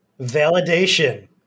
validation